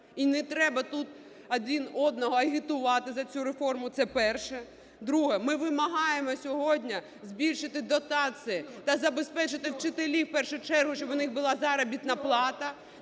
І не треба тут один одного агітувати за цю реформу. Це перше. Друге. Ми вимагаємо сьогодні збільшити дотації та забезпечити вчителів в першу чергу, щоб у них була заробітна плата